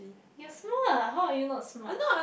you smart how you not smart